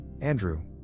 Andrew